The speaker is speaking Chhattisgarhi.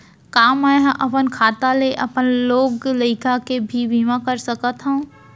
का मैं ह अपन खाता ले अपन लोग लइका के भी बीमा कर सकत हो